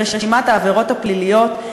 ברשימת העבירות הפליליות.